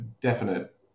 definite